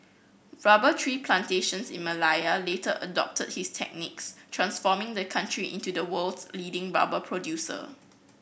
rubber tree plantations in Malaya later adopted his techniques transforming the country into the world's leading rubber producer